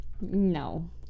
No